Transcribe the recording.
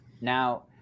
Now